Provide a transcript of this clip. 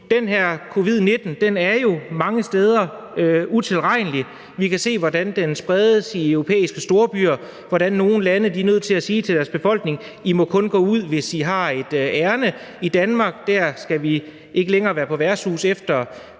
covid-19 er jo mange steder utilregnelig. Vi kan se, hvordan den spreder sig i europæiske storbyer, og hvordan nogle lande er nødt til at sige til deres befolkning: I må kun gå ud, hvis I har et ærinde. I Danmark må vi ikke længere være på værtshus efter